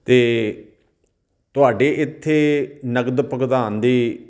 ਅਤੇ ਤੁਹਾਡੇ ਇੱਥੇ ਨਗਦ ਭੁਗਤਾਨ ਦੀ